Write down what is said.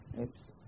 Oops